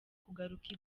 kugaruka